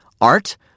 art